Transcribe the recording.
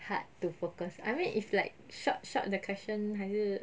hard to focus I mean if like short short 的 question 还是